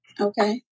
Okay